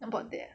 about there